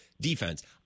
defense